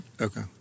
Okay